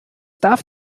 darf